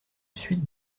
suite